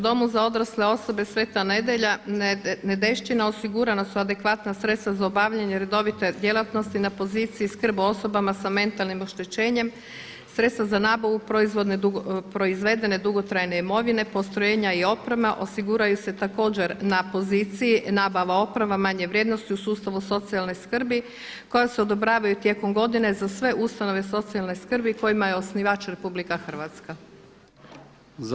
Domu za odrasle osobe Sveta Nedjelja, Nedeljšćina osigurana su adekvatna sredstva za obavljanje redovite djelatnosti na poziciji skrb o osobama sa mentalnim oštećenjem, sredstva za nabavu proizvodne dugotrajne imovine, postrojenja i oprema osiguraju se također na poziciji nabava oprema manje vrijednosti u sustavu socijalne skrbi koja se odobravaju tijekom godine za sve ustanove socijalne skrbi kojima je osnivač Republika Hrvatska.